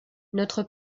notre